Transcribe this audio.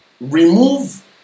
remove